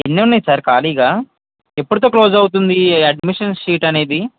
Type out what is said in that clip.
ఎన్ని ఉన్నాయి సార్ ఖాళీగా ఎప్పుడుతో క్లోజ్ అవుతుంది ఈ అడ్మిషన్ షీట్ అనేది